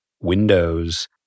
Windows